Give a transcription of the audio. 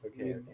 Okay